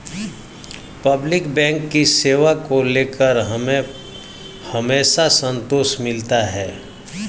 public bank की सेवा को लेकर हमें हमेशा संतोष मिलता है